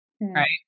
right